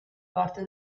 parte